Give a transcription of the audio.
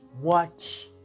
watch